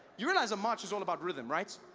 you realize a march is all about rhythm, right?